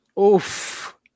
Oof